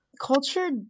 Culture